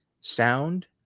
sound